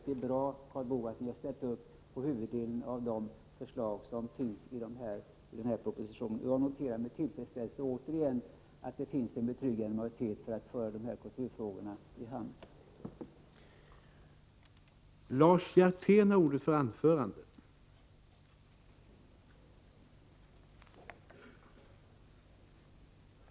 Det är bra, Karl Boo, att ni ställt er bakom huvuddelen av förslagen i propositionen. Jag noterar återigen med tillfredsställelse att det föreligger en betryggande majoritet för att föra de kulturfrågor det här gäller i hamn.